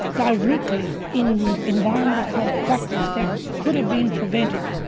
directly in environmental health factors that could have been prevented.